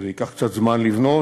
ייקח קצת זמן לבנות,